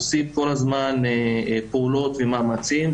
עושים כל הזמן פעולות ומאמצים,